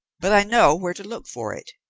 but i know where to look for it.